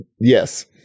Yes